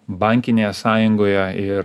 bankinėje sąjungoje ir